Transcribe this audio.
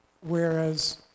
whereas